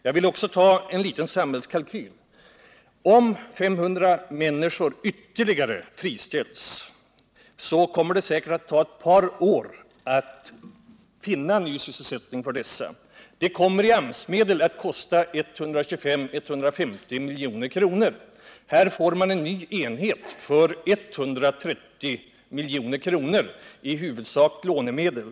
Jag vill också göra en liten samhällskalkyl: Om 500 människor ytterligare friställs kommer det säkert att ta ett par år att finna ny sysselsättning för dessa. Detta kommer att kosta 125-150 milj.kr. av AMS-medel. Satsningen på en ny enhet skulle kosta 130 milj.kr., i huvudsak lånemedel.